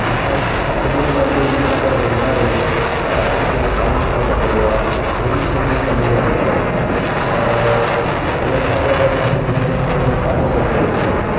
असांखे जेॾीमहिल बि उन्हनि सां गॾु वेंदा आहियूं त असांखे ॾाढो सुठो लॻंदो आहे कहिड़ी शइ जी कमी न ॾींदा आहिनि त हुननि सां गॾु असांखे घुमण फिरण में ॾाढो मज़ो ईंदो आहे